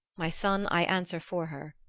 my son, i answer for her.